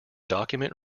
document